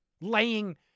laying